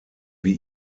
wie